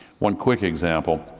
one quick example,